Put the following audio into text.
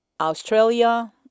Australia